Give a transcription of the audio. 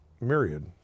myriad